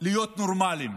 להיות נורמליים,